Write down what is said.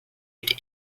mit